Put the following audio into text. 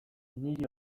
niri